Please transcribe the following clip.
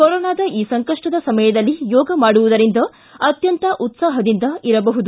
ಕೊರೊನಾದ ಈ ಸಂಕಷ್ಟದ ಸಮಯದಲ್ಲಿ ಯೋಗ ಮಾಡುವುದರಿಂದ ಅತ್ಯಂತ ಉತ್ಸಾಹದಿಂದ ಇರಬಹುದು